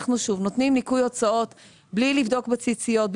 אנחנו נותנים ניכוי הוצאות בלי לבדוק בציציות,